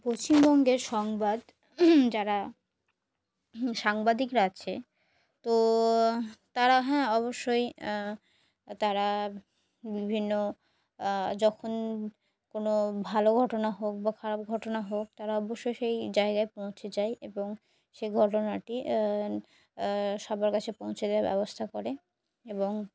পশ্চিমবঙ্গের সংবাদ যারা সাংবাদিকরা আছে তো তারা হ্যাঁ অবশ্যই তারা বিভিন্ন যখন কোনো ভালো ঘটনা হোক বা খারাপ ঘটনা হোক তারা অবশ্যই সেই জায়গায় পৌঁছে যায় এবং সেই ঘটনাটি সবার কাছে পৌঁছে দেওয়ার ব্যবস্থা করে এবং